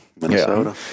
Minnesota